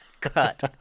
cut